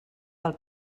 pel